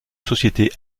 société